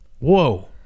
whoa